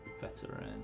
veteran